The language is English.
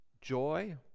joy